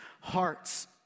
hearts